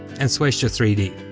and switch to three d.